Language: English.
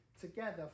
together